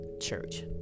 church